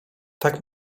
tak